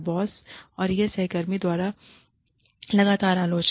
boss और सह कर्मियों द्वारा लगातार आलोचना